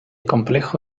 complejo